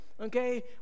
okay